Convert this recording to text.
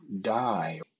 die